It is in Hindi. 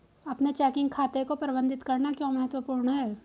अपने चेकिंग खाते को प्रबंधित करना क्यों महत्वपूर्ण है?